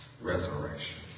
resurrection